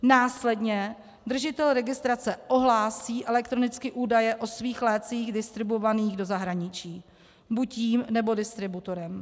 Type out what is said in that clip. Následně držitel registrace ohlásí elektronicky údaje o svých lécích distribuovaných do zahraničí buď jím, nebo distributorem.